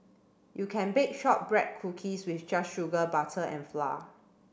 you can bake shortbread cookies with just sugar butter and flour